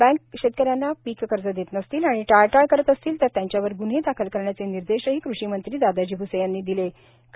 बँका शेतकऱ्यांना पीक कर्ज देत नसतील आणि टाळाटाळ करत असतील तर त्यांच्यावर ग्न्हे दाखल करण्याचे निर्देशही कृषी मंत्री दादाजी भ्से यांनी दिलेत